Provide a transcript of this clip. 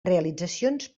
realitzacions